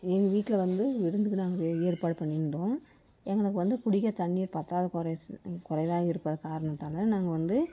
எங்கள் வீட்டில் வந்து விருந்துக்கு நாங்கள் ஏ ஏற்பாடு பண்ணியிருந்தோம் எங்களுக்கு வந்து குடிக்க தண்ணீர் பற்றாக்குறை சொ குறைவாக இருப்பது காரணத்தால் நாங்கள் வந்து